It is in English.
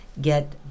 get